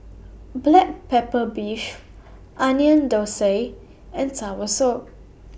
Black Pepper Beef Onion Thosai and Soursop